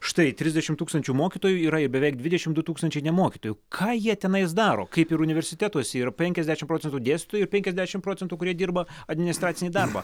štai trisdešimt tūkstančių mokytojų yra beveik dvidešimt du tūkstančiai ne mokytojų ką jie tenais daro kaip ir universitetuose yra penkiasdešimt procentų dėstytojų ir penkiasdešimt procentų kurie dirba administracinį darbą